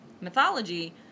mythology